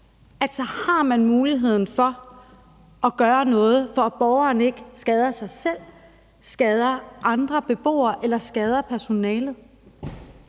så har man muligheden for at gøre noget for, at borgeren ikke skader sig selv, skader andre beboere eller skader personalet.